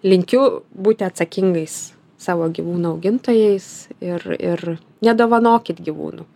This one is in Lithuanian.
linkiu būti atsakingais savo gyvūnų augintojais ir ir nedovanokit gyvūnų